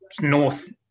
north